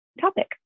topic